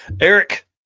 Eric